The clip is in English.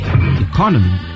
economy